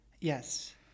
Yes